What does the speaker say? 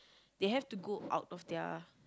they have to go out of their